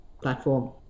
platform